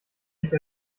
ich